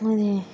हां ते